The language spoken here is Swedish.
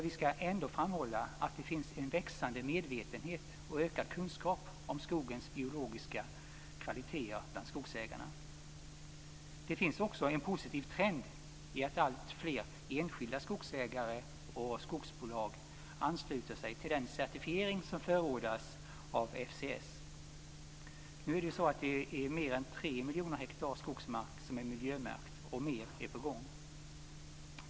Vi skall ändå framhålla att det finns en växande medvetenhet och ökad kunskap om skogens biologiska kvaliteter bland skogsägarna. Det finns också en positiv trend i att alltfler enskilda skogsägare och skogsbolag ansluter sig till den certifiering som förordas av FSC. Nu är mer än 3 miljoner hektar skogsmark miljömärkt, och mer är på gång.